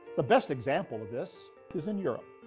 the best example of this is in europe.